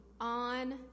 on